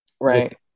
Right